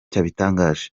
cyabitangaje